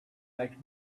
makes